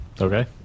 Okay